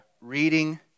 reading